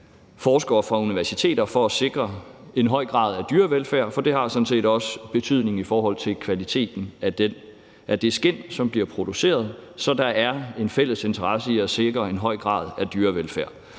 forskere fra universiteter, for at sikre en høj grad af dyrevelfærd, for det har sådan set også betydning i forhold til kvaliteten af det skind, som bliver produceret. Så der er en fælles interesse i at sikre en høj grad af dyrevelfærd.